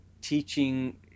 teaching